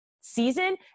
season